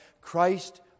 Christ